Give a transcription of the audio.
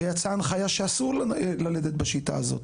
הרי יצאה הנחיה שאסור ללדת בשיטה הזאת.